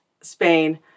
Spain